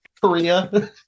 korea